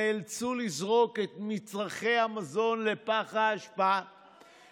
נאלצו לזרוק את מצרכי המזון לפח האשפה,